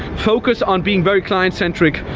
focus on being very client-centric.